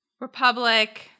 Republic